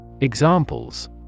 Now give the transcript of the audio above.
Examples